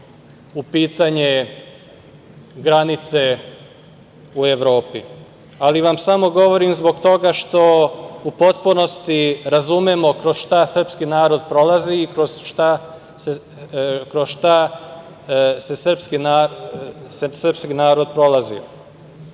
u pitanje granice u Evropi, ali vam samo govorim zbog toga što u potpunosti razumemo kroz šta srpski narod prolazi. Zbog toga ću vam reći